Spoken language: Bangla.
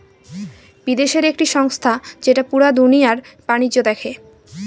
বিদেশের একটি সংস্থা যেটা পুরা দুনিয়ার বাণিজ্য দেখে